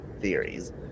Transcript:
theories